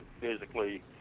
physically